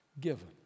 given